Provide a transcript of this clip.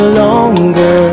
longer